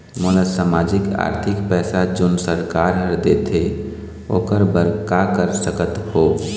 मोला सामाजिक आरथिक पैसा जोन सरकार हर देथे ओकर बर का कर सकत हो?